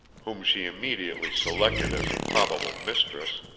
whom she immediately selected as a probable mistress,